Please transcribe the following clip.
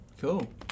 Cool